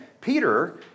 Peter